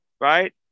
right